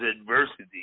adversity